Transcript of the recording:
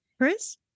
Chris